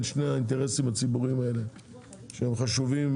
שני האינטרסים הציבוריים האלה שהם חשובים,